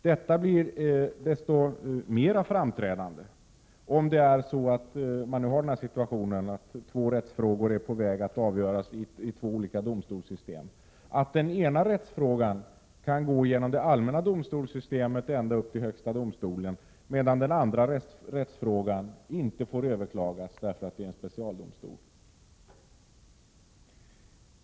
Detta blir desto mer framträdande om två rättsfrågor är på väg att avgöras i två olika domstolssystem, där den ena rättsfrågan kan gå genom det allmäna domstolssystemet ända upp till högsta domstolen, medan den andra rättsfrågan inte får överklagas därför att den avgjorts av en specialdomstol.